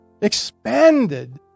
expanded